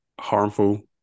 harmful